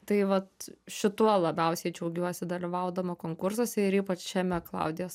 tai vat šituo labiausiai džiaugiuosi dalyvaudama konkursuose ir ypač šiame klaudijos